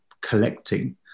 collecting